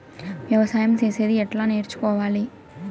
వ్యవసాయం చేసేది ఎట్లా నేర్చుకోవాలి?